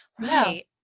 right